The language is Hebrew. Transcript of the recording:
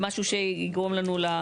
משהו שיגרום לנו.